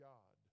God